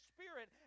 Spirit